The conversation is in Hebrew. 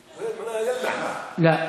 אתה יודע מה הוא זוהיר בערבית?) לא,